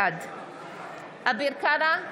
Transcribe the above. בעד אביר קארה,